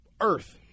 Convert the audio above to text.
earth